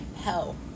hell